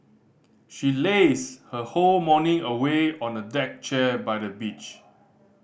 she lazed her whole morning away on a deck chair by the beach